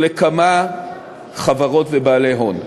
או לכמה חברות ובעלי הון.